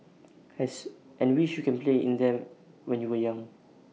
as and wish you can play in them when you were young